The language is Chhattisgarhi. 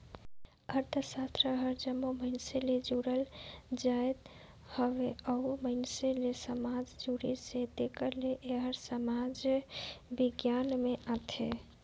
अर्थसास्त्र हर जम्मो मइनसे ले जुड़ल जाएत हवे अउ मइनसे ले समाज जुड़िस हे तेकर ले एहर समाज बिग्यान में आथे